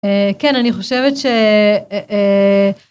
היי מה קורה?